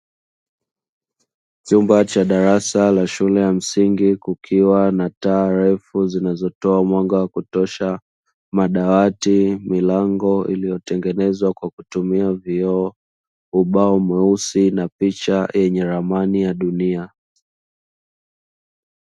Chumba cha darasa la shule ya msingi kukiwa na taa refu zinazotoa mwanga wa kutosha, madawati, milango iliyotengenezwa kwa kutumia vioo, ubao mweusi na picha yenye ramani ya dunia.